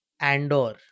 Andor